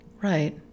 right